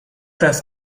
das